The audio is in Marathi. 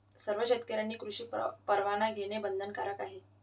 सर्व शेतकऱ्यांनी कृषी परवाना घेणे बंधनकारक आहे